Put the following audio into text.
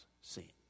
sin